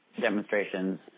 demonstrations